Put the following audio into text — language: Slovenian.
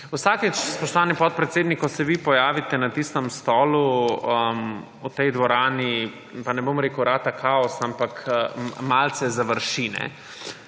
Vsakič, spoštovani podpredsednik, ko se vi pojavite na tistem stolu v tej dvorani, pa ne bom rekel, da rata kaos, ampak malce završi.